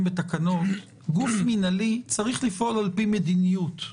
בתקנות גוף מינהלי צריך לפעול על פי מדיניות.